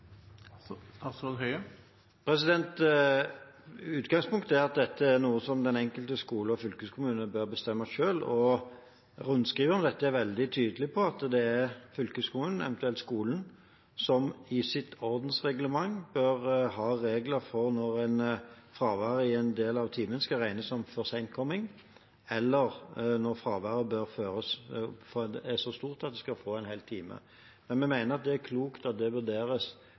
Utgangspunktet er at dette er noe som den enkelte skole og fylkeskommune bør bestemme selv. Rundskrivet om dette er veldig tydelig på at det er fylkeskommunen og eventuelt skolen som i sitt ordensreglement bør ha regler for når fraværet i en del av timen skal regnes som forsentkomming, eller når fraværet er så stort at det skal gjelde som en hel time. Vi mener at det er klokt at det vurderes